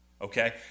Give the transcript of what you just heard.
Okay